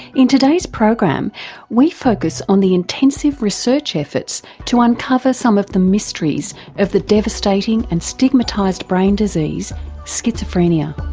in today's program we focus on the intensive research efforts to uncover some of the mysteries of the devastating and stigmatised brain disease schizophrenia.